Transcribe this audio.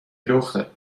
لخته